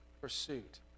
pursuit